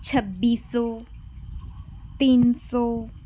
ਛੱਬੀ ਸੌ ਤਿੰਨ ਸੌ